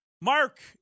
Mark